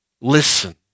listen